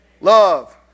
Love